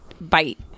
Bite